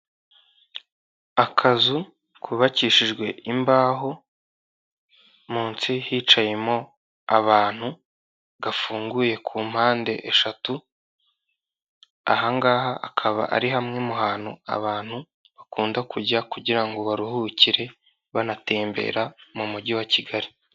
akazu kubakishijwe imbaho munsi hicayemo abantu, gafunguye ku mpande eshatu ahangaha akaba ari hamwe mu hantu abantu bakunda kujya kugira ngo baruhukire banatembera mu mujyi wa kigali.